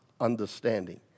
understanding